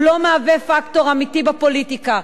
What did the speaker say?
הוא לא מהווה פקטור אמיתי בפוליטיקה,